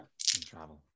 travel